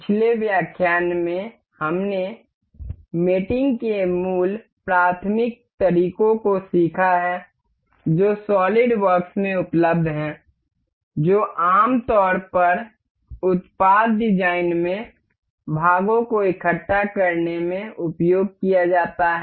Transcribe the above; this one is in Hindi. पिछले व्याख्यान में हमने मेटिंग के मूल प्राथमिक तरीकों को सीखा है जो सॉलिडवर्क्स में उपलब्ध हैं जो आमतौर पर उत्पाद डिजाइन में भागों को इकट्ठा करने में उपयोग किया जाता है